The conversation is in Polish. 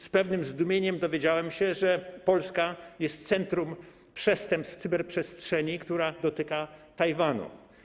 Z pewnym zdumieniem dowiedziałem się, że Polska jest centrum przestępstw w cyberprzestrzeni, które dotykają Tajwanu.